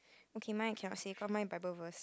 okay mine I cannot say cause mine Bible verse